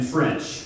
French